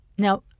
Now